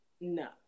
no